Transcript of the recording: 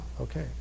okay